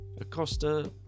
Acosta